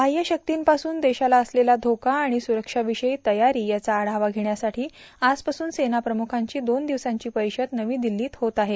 बाह्य शक्तींपासून देशाला असलेला धोका आणि स्रुरक्षाविषयी तयारी याचा आढावा घेण्यासाठी आजपासून सेना प्रमुखांची दोन दिवसांची परिषद नवी दिल्लीत होत आहे